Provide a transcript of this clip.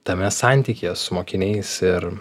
tame santykyje su mokiniais ir